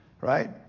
Right